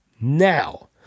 Now